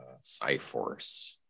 Cyforce